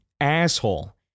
asshole